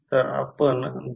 तर हे 0